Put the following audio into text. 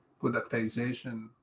productization